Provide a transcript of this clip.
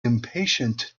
impatient